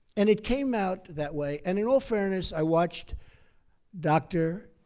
and it came out that way and, in all fairness, i watched dr.